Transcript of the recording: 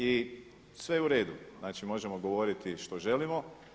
I sve je uredu, znači možemo govoriti što želimo.